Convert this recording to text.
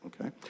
Okay